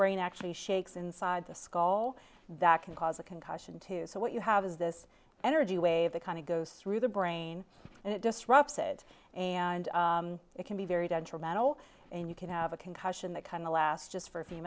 brain actually shakes inside the skull that can cause a concussion too so what you have is this energy wave that kind of goes through the brain and it disrupts it and it can be very detrimental and you can have a concussion that kind of last just for a few